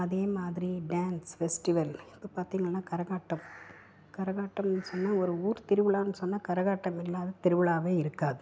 அதே மாதிரி dance festival அது பார்த்திங்கன்னா கரகாட்டம் கரகாட்டம்னு சொன்னா ஒரு ஊர்த் திருவிழான்னு சொன்னா கரகாட்டம் இல்லாத திருவிழாவே இருக்காது